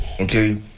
Okay